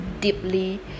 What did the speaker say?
deeply